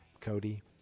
Cody